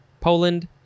Poland